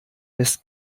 lässt